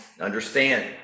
understand